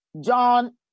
John